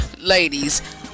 ladies